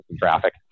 traffic